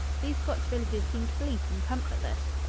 these scotch villages seemed bleak and comfortless.